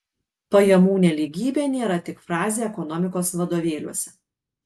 pajamų nelygybė nėra tik frazė ekonomikos vadovėliuose